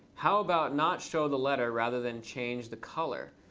how about not show the letter rather than change the color?